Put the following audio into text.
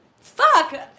Fuck